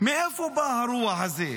מאיפה באה הרוח הזו?